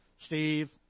Steve